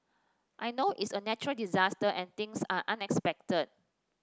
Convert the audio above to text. I know it's a natural disaster and things are unexpected